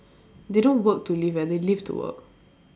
they don't work to live eh they live to work